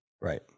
Right